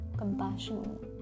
compassionate